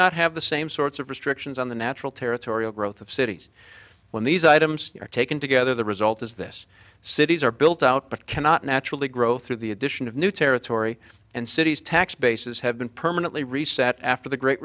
not have the same sorts of restrictions on the natural territorial growth of cities when these items are taken together the result is this cities are built out but cannot naturally grow through the addition of new territory and cities tax bases have been permanently reset after the great